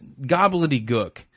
gobbledygook